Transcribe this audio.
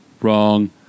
Wrong